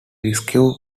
rescue